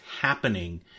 happening